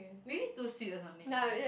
maybe too sweet or something I don't know